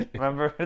Remember